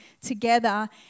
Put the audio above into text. together